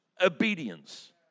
obedience